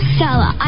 Stella